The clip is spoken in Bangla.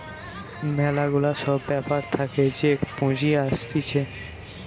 ম্যালা গুলা সব ব্যাপার থাকে যে পুঁজি আসতিছে